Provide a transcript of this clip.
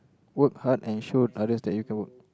work hard and show others that you can work